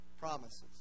promises